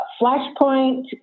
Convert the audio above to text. Flashpoint